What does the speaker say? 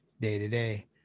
day-to-day